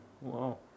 Wow